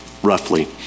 roughly